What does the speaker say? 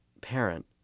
parent